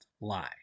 lie